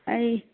ꯑꯩ